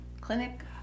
clinic